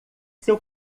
seu